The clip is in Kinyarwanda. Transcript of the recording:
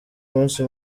umunsi